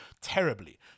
terribly